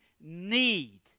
need